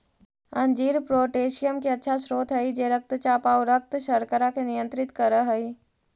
अंजीर पोटेशियम के अच्छा स्रोत हई जे रक्तचाप आउ रक्त शर्करा के नियंत्रित कर हई